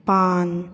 ꯄꯥꯟ